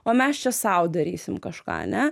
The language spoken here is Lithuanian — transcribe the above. o mes čia sau darysim kažką ane